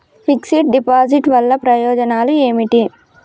Fix డ్ deposit వల్ల ప్రయోజనాలు ఏమిటి?